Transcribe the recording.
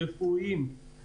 רפואיים,